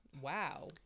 Wow